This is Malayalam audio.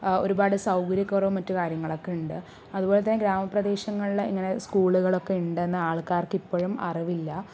ഒരുപാട് സൗകര്യക്കുറവ് മറ്റു കാര്യങ്ങളൊക്കെ ഉണ്ട് അതുപോലെ തന്നെ ഗ്രാമപ്രദേശങ്ങളിൽ ഇങ്ങനെ സ്കൂളുകളൊക്കെ ഉണ്ടെന്ന് ആൾക്കാർക്ക് ഇപ്പോഴും അറിവില്ല